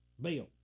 Bill